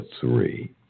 three